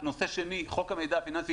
אין לי בעיה לסיים את הדיון בזה